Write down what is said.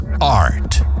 Art